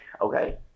Okay